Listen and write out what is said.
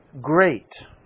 great